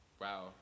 Wow